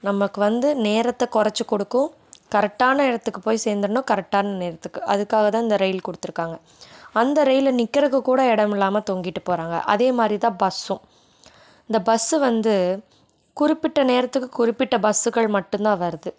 நமக்கு வந்து நேரத்தை குறச்சி கொடுக்கும் கரெக்டான இடத்துக்கு போய் சேந்தரணும் கரெக்டான நேரத்துக்கு அதுக்காக தான் இந்த ரயில் கொடுத்துருக்காங்க அந்த ரயிலு நிக்கிறதுக்கு கூட இடம் இல்லாமல் தொங்கிட்டு போகிறாங்க அதே மாதிரி தான் பஸ்ஸும் இந்த பஸ்ஸு வந்து குறிப்பிட்ட நேரத்துக்கு குறிப்பிட்ட பஸ்ஸுகள் மட்டுந்தான் வருது